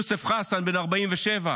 יוסף חסאן, בן 47,